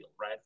right